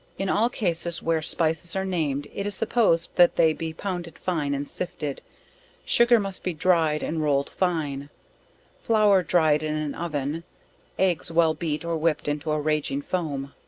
in all cases where spices are named, it is supposed that they be pounded fine and sifted sugar must be dryed and rolled fine flour, dryed in an oven eggs well beat or whipped into a raging foam.